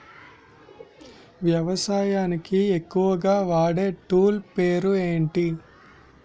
వ్యవసాయానికి ఎక్కువుగా వాడే టూల్ పేరు ఏంటి?